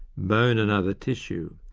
bone and other tissue.